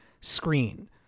screen